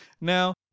now